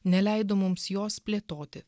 neleido mums jos plėtoti